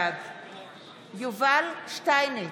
בעד יובל שטייניץ,